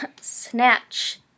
snatch